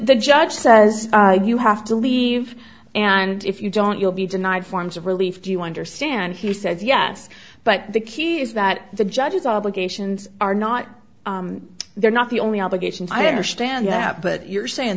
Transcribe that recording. the judge says you have to leave and if you don't you'll be denied forms of relief do you understand he said yes but the key is that the judge is obligations are not they're not the only obligations i understand that but you're saying